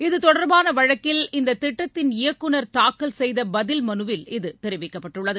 இதுதொடர்பானவழக்கில் இந்ததிட்டத்தின் இயக்குநர் தாக்கல் செய்தபதில் மனுவில் இது தெரிவிக்கப்பட்டுள்ளது